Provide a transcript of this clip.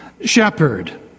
shepherd